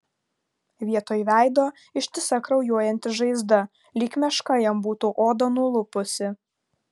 vietoj veido ištisa kraujuojanti žaizda lyg meška jam būtų odą nulupusi